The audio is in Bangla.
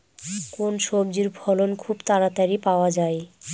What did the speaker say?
কোন সবজির ফলন খুব তাড়াতাড়ি পাওয়া যায়?